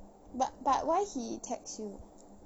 but but why he text you